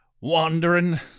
Wandering